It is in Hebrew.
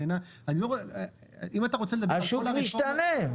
השוק משתנה.